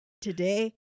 Today